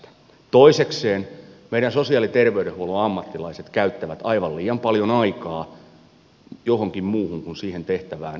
toisekseen meidän sosiaali ja terveydenhuoltomme ammattilaiset käyttävät aivan liian paljon aikaa johonkin muuhun kuin siihen tehtävään johon heidät on koulutettu